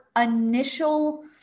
initial